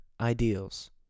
ideals